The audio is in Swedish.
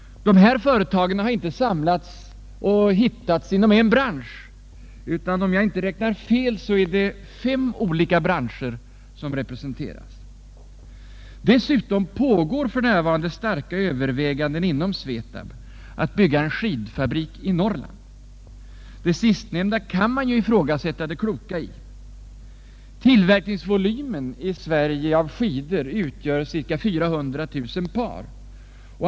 Dessa företag har inte samlats inom en bransch. Om jag inte räknar fel är det fem olika branscher som representeras. Dessutom pågår för närvarande starka överväganden inom SVETAB att bygga en skidfabrik i Norrland. Det sistnämnda kan man ifrågasätta det kloka i. Tillverkningsvolymen per år för skidor i Sverige utgör cirka 400 000 par.